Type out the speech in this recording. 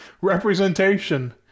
representation